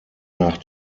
nach